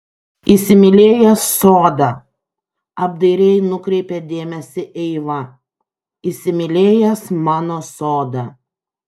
įsimylėjęs sodą apdairiai nukreipė dėmesį eiva įsimylėjęs mano sodą